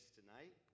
tonight